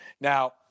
Now